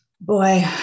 Boy